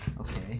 Okay